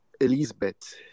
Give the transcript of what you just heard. Elizabeth